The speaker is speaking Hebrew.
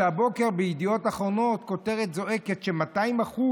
שהבוקר בידיעות אחרונות יש כותרת זועקת שיש 200%